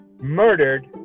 murdered